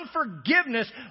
unforgiveness